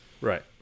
right